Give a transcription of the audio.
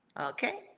Okay